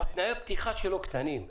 תנאי הפתיחה שלו קטנים.